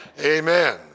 Amen